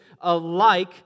alike